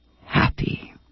happy